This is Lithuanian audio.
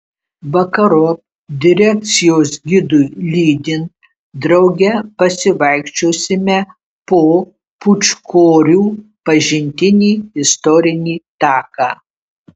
vakarop direkcijos gidui lydint drauge pasivaikščiosime po pūčkorių pažintinį istorinį taką